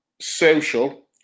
social